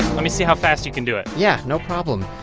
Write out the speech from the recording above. let me see how fast you can do it yeah, no problem.